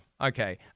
okay